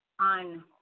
on